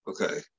okay